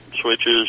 switches